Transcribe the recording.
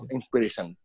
Inspiration